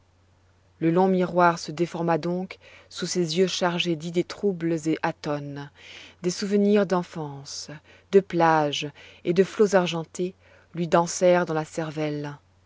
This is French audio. le long miroir se déforma donc sous ses yeux chargés d'idées troubles et atones des souvenirs d'enfance de plages et de flots argentés lui dansèrent dans la cervelle